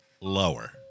Lower